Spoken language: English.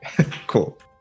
cool